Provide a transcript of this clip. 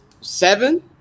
seven